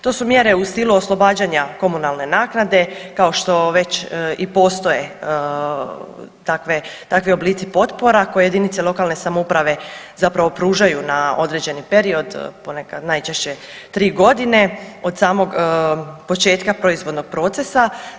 To su mjere u stilu oslobađanja komunalne naknade kao što već i postoje takve, takvi oblici potpora koje jedinice lokalne samouprave zapravo pružaju na određeni period ponekad, najčešće 3 godine od samog početka proizvodnog procesa.